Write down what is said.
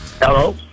Hello